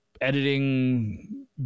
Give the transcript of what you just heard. editing